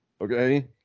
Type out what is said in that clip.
Okay